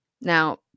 Now